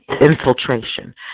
infiltration